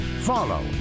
Follow